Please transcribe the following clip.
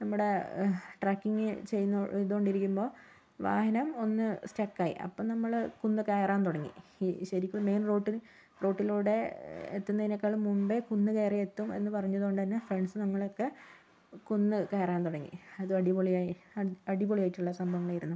നമ്മുടെ ട്രക്കിങ്ങ് ചെയ്യുന്നു ചെയ്തു കൊണ്ടിരിക്കുമ്പോൾ വായന ഒന്ന് സ്റ്റക്കായി അപ്പൊൾ നമ്മള് കുന്ന് കയറാൻ തുടങ്ങി ഈ ശരിക്ക് മെയിൻ റോട്ടിൽ റോട്ടിലൂടെ എത്തുന്നതിനേക്കാളും മുമ്പെ കുന്നു കേറിയെത്തും എന്ന് പറഞ്ഞത് കൊണ്ട് തന്നെ ഫ്രണ്ട്സും നമ്മളൊക്കെ കുന്ന് കയറാൻ തുടങ്ങി അത് അടിപൊളിയായി അടി അടിപൊളിയായിട്ടുള്ള സംഭവമായിരുന്നു